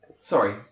Sorry